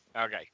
Okay